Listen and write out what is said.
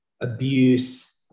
abuse